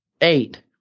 eight